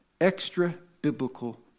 Extra-biblical